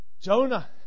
Jonah